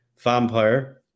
Vampire